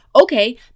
okay